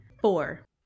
Four